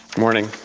morning.